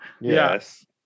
Yes